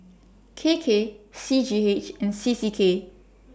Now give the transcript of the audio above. K K C G H and C C K